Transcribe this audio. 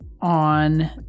on